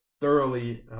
thoroughly